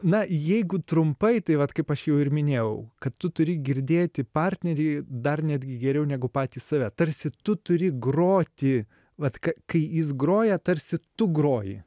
na jeigu trumpai tai vat kaip aš jau ir minėjau kad tu turi girdėti partnerį dar netgi geriau negu patį save tarsi tu turi groti vat kai jis groja tarsi tu groji